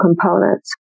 components